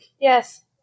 Yes